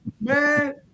man